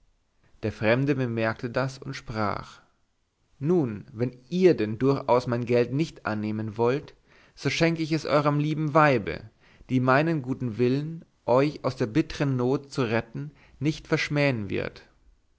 der fremde bemerkte das und sprach nun wenn ihr denn durchaus mein geld nicht annehmen wollt so schenke ich es euerm lieben weibe die meinen guten willen euch aus der bittern not zu retten nicht verschmähen wird